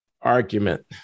argument